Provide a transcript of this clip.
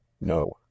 no